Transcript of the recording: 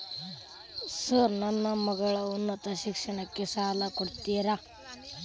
Sir ನನ್ನ ಮಗಳ ಉನ್ನತ ಶಿಕ್ಷಣಕ್ಕೆ ಸಾಲ ಕೊಡುತ್ತೇರಾ?